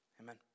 amen